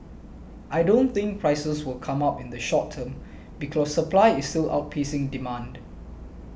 I don't think prices will come up in the short term because supply is still outpacing demand